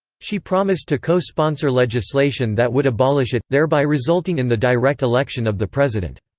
she promised to co-sponsor legislation that would abolish it, thereby resulting in the direct election of the president.